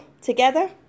together